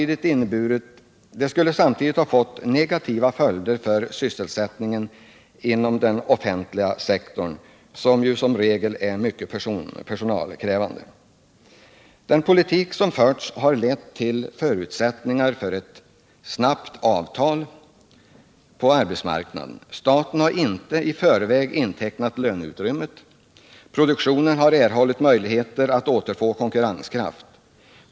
Det skulle samtidigt ha fått negativa följder för sysselsättningen inom den offentliga sektorn, som ju som regel är mycket personalkrävande. Den politik som förts har lett till förutsättningar för ett snabbt avtal på arbetsmarknaden. Staten har inte i förväg intecknat löneutrymmet. Produktionen har erhållit möjligheter att återfå konkurrenskraften.